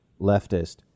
leftist